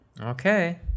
Okay